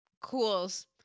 Cools